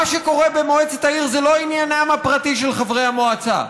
מה שקורה במועצת העיר זה לא עניינם הפרטי של חברי המועצה,